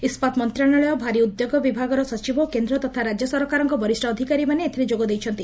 ଇସ୍ସାତ ମନ୍ତଣାଳୟ ଭାରି ଉଦ୍ୟୋଗ ବିଭାଗର ସଚିବ ଏବଂ କେନ୍ଦ୍ ତଥା ରାଜ୍ୟ ସରକାରଙ୍କର ବରିଷ ଅଧିକାରୀମାନେ ଏଥରେ ଯୋଗ ଦେଇଛନ୍ତି